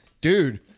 dude